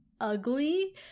ugly